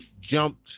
jumped